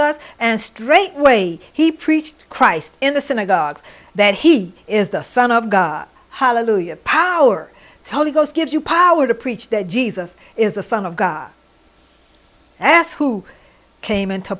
us and straightway he preached christ in the synagogues that he is the son of god hallelujah power holy ghost gives you power to preach that jesus is the fun of god that's who came into